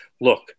look